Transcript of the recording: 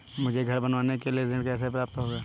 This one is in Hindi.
मुझे घर बनवाने के लिए ऋण कैसे प्राप्त होगा?